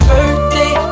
Birthday